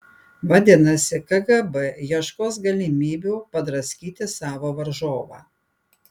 vadinasi kgb ieškos galimybių padraskyti savo varžovą